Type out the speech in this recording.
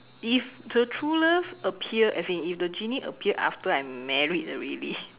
if the true love appear as in if the genie appear after I'm married already